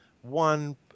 one